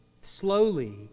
slowly